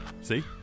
See